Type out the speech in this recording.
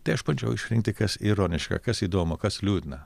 tai aš bandžiau išrinkti kas ironiška kas įdomu kas liūdna